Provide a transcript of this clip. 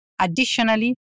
Additionally